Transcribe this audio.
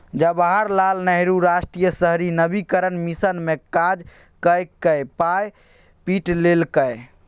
जवाहर लाल नेहरू राष्ट्रीय शहरी नवीकरण मिशन मे काज कए कए पाय पीट लेलकै